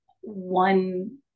one